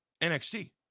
NXT